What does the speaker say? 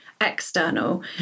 External